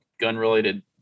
gun-related